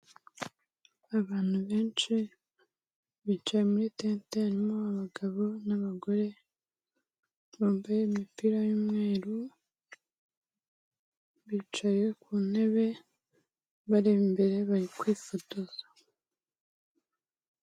Abantu benshi bicaye muri tente, harimo abagabo n'abagore bambaye imipira y'umweru, bicaye ku ntebe bareba imbere, bari kwifotoza.